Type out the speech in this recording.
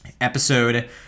Episode